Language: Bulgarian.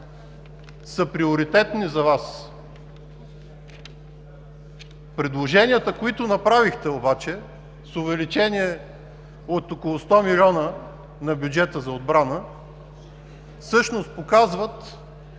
са приоритетни за Вас. Предложенията, които направихте обаче – с увеличение от около 100 млн. лв. на бюджета за отбрана, всъщност показват